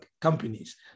companies